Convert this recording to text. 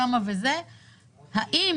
האם